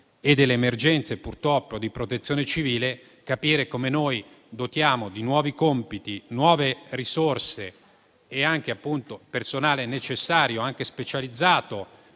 e delle emergenze di protezione civile, capire come noi dotiamo di nuovi compiti, di nuove risorse e anche di personale necessario anche specializzato